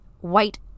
white